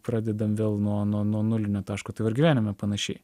pradedam vėl nuo nulinio taško tai ir gyvenime panašiai